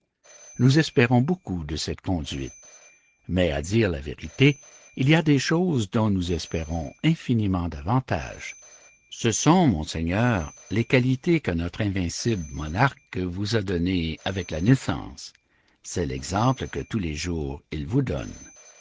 nous espérons beaucoup de cette conduite mais à dire la vérité il y a des choses dont nous espérons infiniment davantage ce sont monseigneur les qualités que notre invincible monarque vous a données avec la naissance c'est l'exemple que tous les jours il vous donne